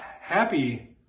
happy